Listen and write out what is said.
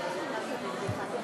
כנסת נכבדה,